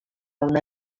una